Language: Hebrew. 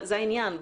זה העניין.